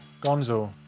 Gonzo